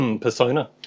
persona